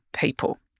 people